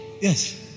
Yes